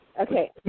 Okay